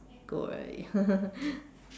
go really